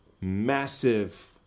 massive